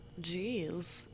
Jeez